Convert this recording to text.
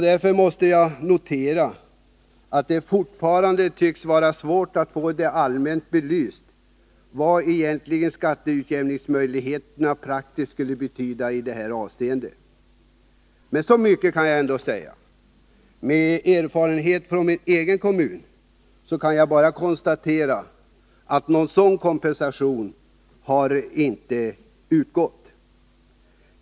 Därför måste jag notera att det fortfarande tycks vara svårt att få allmänt belyst vad skatteutjämningsmöjligheterna egentligen betyder praktiskt i det här avseendet. Men med erfarenhet från min hemkommun kan jag konstatera att någon sådan kompensation inte har utgått.